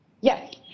Yes